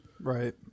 Right